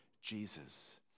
Jesus